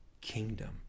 kingdom